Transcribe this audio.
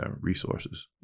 Resources